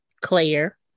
Claire